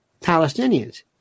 Palestinians